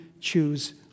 choose